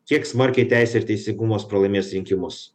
kiek smarkiai teisė ir teisingumas pralaimės rinkimus